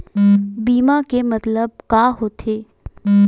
बीमा के मतलब का होथे?